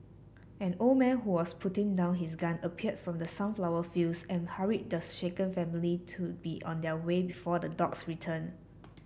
an old man who was putting down his gun appeared from the sunflower fields and hurried the shaken family to be on their way before the dogs return